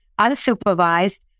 unsupervised